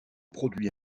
produit